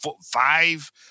five